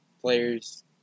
players